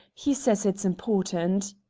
he says it's important.